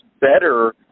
better